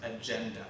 agenda